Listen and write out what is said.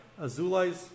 Azulais